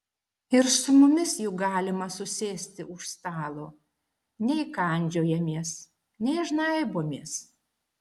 ir su mumis juk galima susėsti už stalo nei kandžiojamės nei žnaibomės